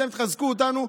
אתם תחזקו אותנו,